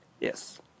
Yes